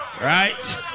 Right